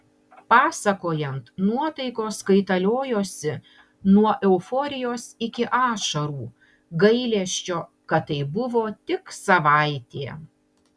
pasakojant nuotaikos kaitaliojosi nuo euforijos iki ašarų gailesčio kad tai buvo tik savaitė